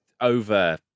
over